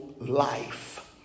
life